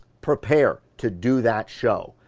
prepare, to do that show.